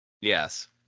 Yes